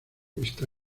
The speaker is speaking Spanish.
está